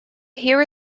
here